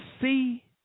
see